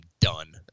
done